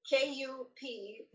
K-U-P